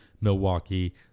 Milwaukee